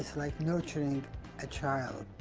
like nurturing a child.